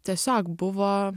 tiesiog buvo